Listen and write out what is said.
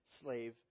slave